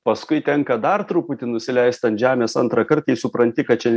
paskui tenka dar truputį nusileist ant žemės antrą kart kai supranti kad čia